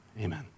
Amen